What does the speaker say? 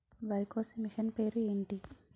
వరి కోసే మిషన్ పేరు ఏంటి